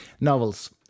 novels